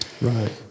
Right